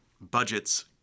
budgets